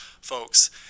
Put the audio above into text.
folks